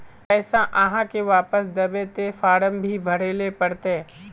पैसा आहाँ के वापस दबे ते फारम भी भरें ले पड़ते?